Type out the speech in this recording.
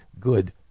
good